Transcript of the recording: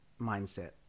mindset